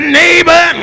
neighbor